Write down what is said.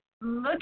Look